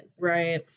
right